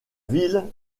ville